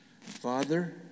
Father